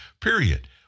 period